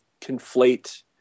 conflate